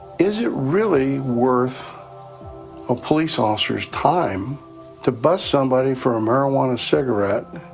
is it really worth a police officer's time to bust somebody for a marijuana cigarette,